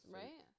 right